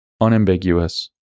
unambiguous